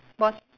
bot~